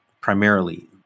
primarily